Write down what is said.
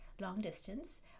long-distance